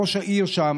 ראש העיר שם,